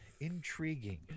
intriguing